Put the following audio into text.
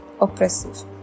oppressive